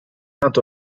nato